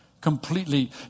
completely